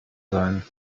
sein